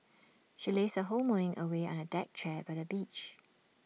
she lazed her whole morning away on A deck chair by the beach